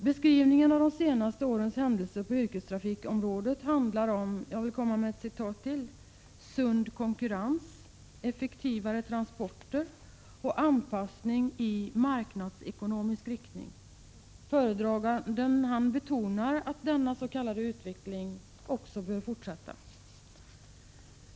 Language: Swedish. Beskrivningen av de senaste årens händelser på yrkestrafiksområdet handlar om ”sund konkurrens”, ”effektiva transporter” och anpassning ”i marknadsekonomisk riktning”. Föredraganden betonar att denna s.k. utveckling bör fortsätta.